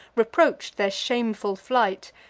reproach'd their shameful flight,